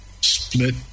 split